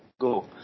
go